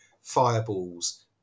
fireballs